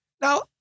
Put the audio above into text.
Now